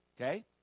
Okay